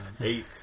Eight